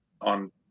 on